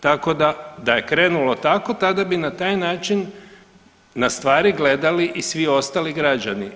Tako da, da je krenulo tako tada bi na taj način na stvari gledali i svi ostali građani.